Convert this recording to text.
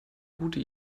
gute